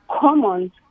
common